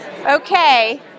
Okay